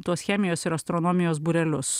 tos chemijos ir astronomijos būrelius